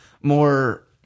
more